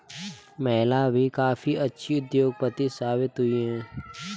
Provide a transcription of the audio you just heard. महिलाएं भी काफी अच्छी उद्योगपति साबित हुई हैं